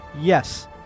Yes